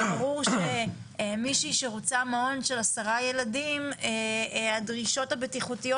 הרי ברור שמישהי שרוצה מעון של 10 ילדים הדרישות הבטיחותיות